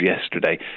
yesterday